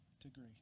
degree